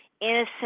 innocent